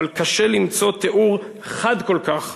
אבל קשה למצוא תיאור חד כל כך,